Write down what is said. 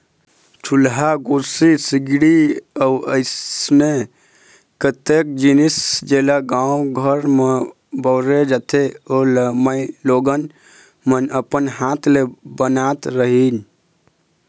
चूल्हा, गोरसी, सिगड़ी अउ अइसने कतेक जिनिस जेला गाँव घर म बउरे जाथे ओ ल माईलोगन मन अपन हात ले बनात रहिन